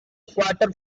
quarter